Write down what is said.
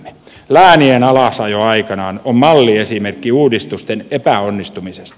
läänien alasajo aikanaan on malliesimerkki uudistusten epäonnistumisesta